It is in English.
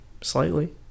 slightly